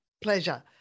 Pleasure